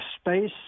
space